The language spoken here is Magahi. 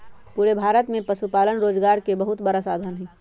पूरे भारत में पशुपालन रोजगार के बहुत बड़ा साधन हई